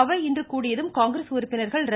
அவை இன்று கூடியதும் காங்கிரஸ் உறுப்பினர்கள் ர